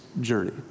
journey